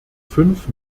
fünf